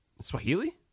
Swahili